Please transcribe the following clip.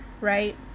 right